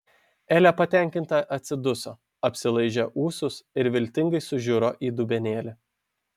elė patenkinta atsiduso apsilaižė ūsus ir viltingai sužiuro į dubenėlį